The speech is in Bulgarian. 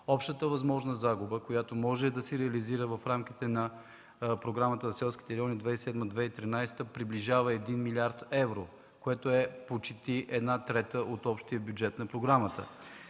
общата възможна загуба, която може да се реализира в рамките на Програмата за развитие на селските райони за периода 2007-2013 г., приближава един милиард евро, което е почти една трета от общия бюджет на програмата.